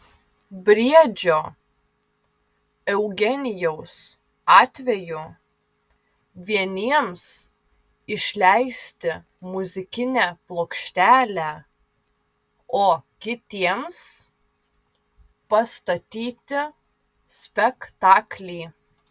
briedžio eugenijaus atveju vieniems išleisti muzikinę plokštelę o kitiems pastatyti spektaklį